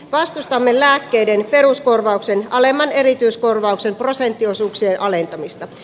vastustamme lääkkeiden peruskorvauksen alemman erityiskorvauksen prosenttiosuuksien alentamista